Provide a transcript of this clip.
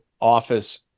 office